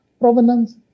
provenance